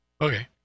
Okay